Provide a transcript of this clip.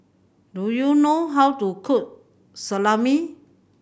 do you know how to cook Salami